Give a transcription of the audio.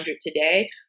today